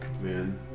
man